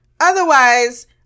otherwise